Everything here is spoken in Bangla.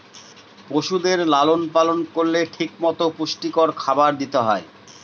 পশুদের লালন পালন করলে ঠিক মতো পুষ্টিকর খাবার দিতে হয়